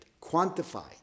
quantified